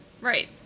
right